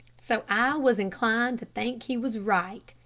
so i was inclined to think he was right.